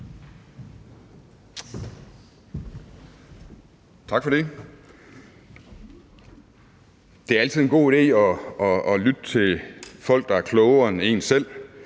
Tak for det. Det er altid en god idé at lytte til folk, der er klogere end en selv.